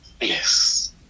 Yes